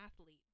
athlete